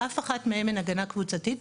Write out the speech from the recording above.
באף אחת מהן אין הגנה קבוצתית,